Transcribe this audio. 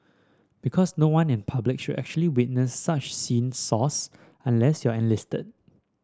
because no one in public should actually witness such scenes source unless you're enlisted